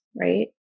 right